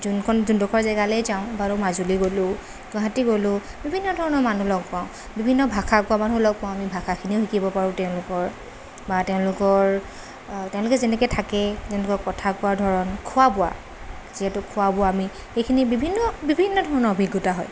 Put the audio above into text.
যোনখন যোনডোখৰ জেগালেই যাওঁ বাৰু মাজুলী গ'লো গুৱাহাটী গ'লোঁ বিভিন্ন ধৰণৰ মানুহ লগ পাওঁ বিভিন্ন ভাষা কোৱা মানুহ লগ পাওঁ আমি ভাষাখিনিও শিকিব পাৰোঁ তেওঁলোকৰ বা তেওঁলোকৰ তেওঁলোকে যেনেকে থাকে যেনেকুৱা কথা কোৱাৰ ধৰণ খোৱা বোৱা যিহেতু খোৱা বোৱা আমি এইখিনি বিভিন্ন বিভিন্ন ধৰণৰ অভিজ্ঞতা হয়